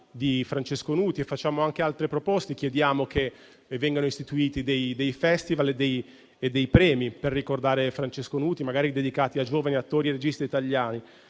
di Francesco Nuti e facciamo anche altre proposte: chiediamo che vengano istituiti dei festival e dei premi, per ricordare Francesco Nuti, magari dedicati ai giovani attori e registi italiani.